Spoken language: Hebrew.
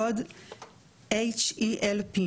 קוד HELP,